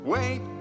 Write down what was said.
Wait